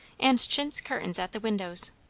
and chintz curtains at the windows.